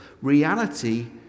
reality